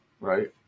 right